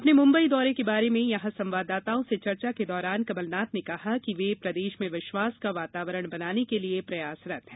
अपने मुम्बई दौरे के बारे में यहां संवाददाताओं से चर्चा के दौरान कमलनाथ ने कहा कि प्रदेश में विश्वास का वातावरण बनाने के लिये प्रयासरत् हैं